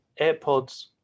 AirPods